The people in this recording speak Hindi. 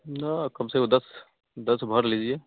न कम से कम दस दस भर लीजिए